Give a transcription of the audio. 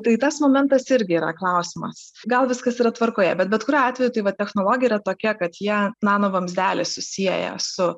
tai tas momentas irgi yra klausimas gal viskas yra tvarkoje bet bet kuriuo atveju tai vat technologija yra tokia kad ją nano vamzdelis susieja su